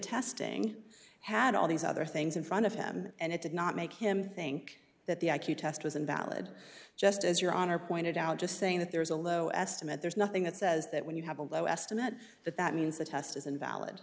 testing had all these other things in front of him and it did not make him think that the i q test was invalid just as your honor pointed out just saying that there is a low estimate there's nothing that says that when you have a low estimate that that means the test is invalid